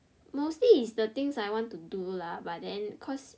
mostly is the things I want to do lah but then cause